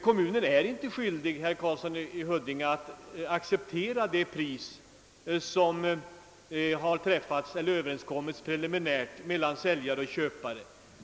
Kommunen är inte skyldig, herr Karlsson i Huddinge, att acceptera det pris, som har överenskommits pre liminärt mellan säljare och köpare.